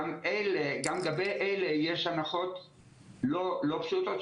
גם לגבי אלה יש הנחות לא פשוטות.